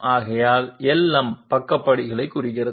ஆகையால் LM பக்க படிகளைக் குறிக்கிறது